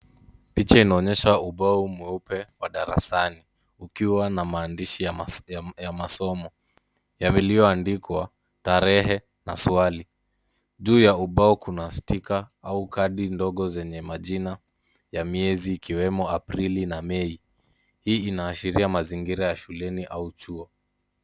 Picha inaonyesha ubao mweupe wa darasani, ukiwa na maandishi ya masomo yaliyoandikwa tarehe na swali. Juu ya ubao kuna sticker au kadi ndogo zenye majina ya miezi ikiwemo, Aprili na Mei. Hii inaashiria mazingira ya shuleni au chuo.